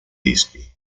dischi